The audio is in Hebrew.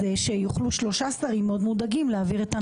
שיוכלו שלושה שרים מאוד מודאגים להעביר את הנושא הזה.